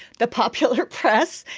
the popular press,